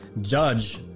Judge